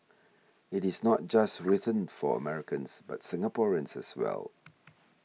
it is not just written for Americans but Singaporeans as well